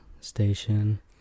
station